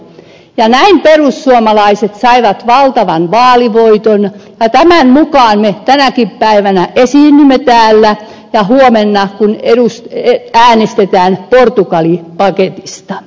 näin perussuomalaiset saivat valtavan vaalivoiton ja tämän mukaan me tänäkin päivänä esiinnymme täällä ja me emme enää en usko että huomenna kun äänestetään portugali paketista